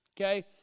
Okay